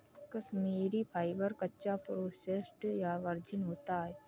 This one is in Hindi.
कश्मीरी फाइबर, कच्चा, प्रोसेस्ड या वर्जिन होता है